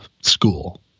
school